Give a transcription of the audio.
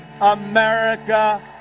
America